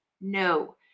No